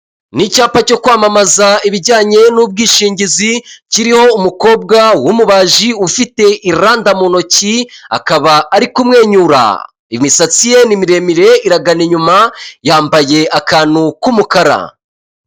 Ni icyapa cyo kwamamaza ibijyanye n'ubwishingizi kiriho umukobwa w'umubaji ufite iranda mu ntoki akaba ari kumwenyura, imisatsi ye ni miremire iragana inyuma yambaye akantu k'umukara .